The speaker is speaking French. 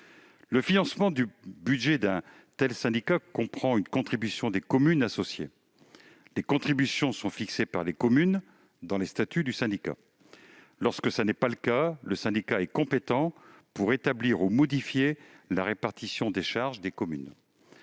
Le financement du budget d'un tel syndicat comprend une contribution des communes associées, fixée par les communes dans les statuts du syndicat. Lorsque tel n'est pas le cas, le syndicat est compétent pour établir ou modifier la répartition des charges des communes.